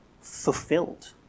fulfilled